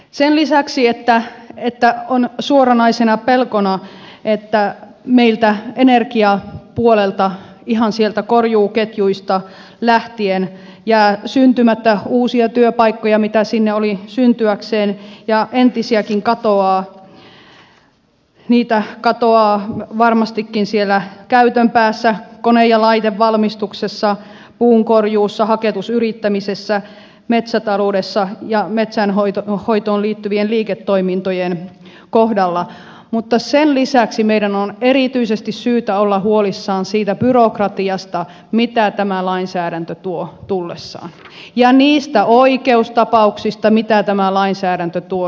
sen lisäksi että on suoranaisena pelkona että meillä energiapuolella ihan sieltä korjuuketjuista lähtien jää syntymättä uusia työpaikkoja mitä sinne olisi syntyäkseen ja entisiäkin katoaa niitä katoaa varmastikin siellä käytön päässä kone ja laitevalmistuksessa puunkorjuussa haketusyrittämisessä metsätaloudessa ja metsänhoitoon liittyvien liiketoimintojen kohdalla niin meidän on erityisesti syytä olla huolissamme siitä byrokratiasta mitä tämä lainsäädäntö tuo tullessaan ja niistä oikeustapauksista mitä tämä lainsäädäntö tuo tullessaan